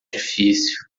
difícil